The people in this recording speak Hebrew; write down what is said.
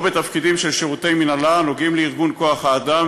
או בתפקידים של שירותי מינהלה הנוגעים לארגון כוח-האדם